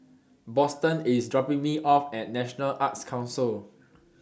Boston IS dropping Me off At National Arts Council